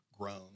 grown